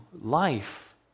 life